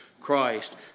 Christ